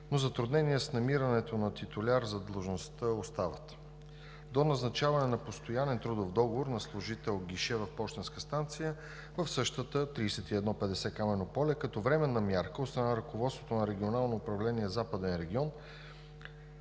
Затрудненията с намирането на титуляр за длъжността остават. До назначаване на постоянен трудов договор на служител – гише в същата пощенска станция – 3150, Камено поле, като временна мярка от страна на ръководството на Регионално управление „Западен регион“